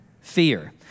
fear